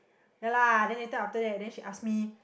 ya lah then later after that then she asked me